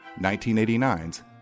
1989's